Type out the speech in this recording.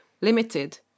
limited